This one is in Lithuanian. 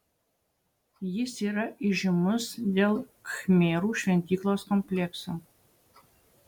jis yra įžymus dėl khmerų šventyklos komplekso